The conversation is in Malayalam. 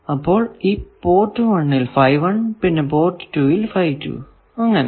അപ്പോൾ ഈ പോർട്ട് 1 ൽ പിന്നെ പോർട്ട് 2 ൽ അങ്ങനെ